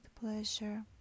pleasure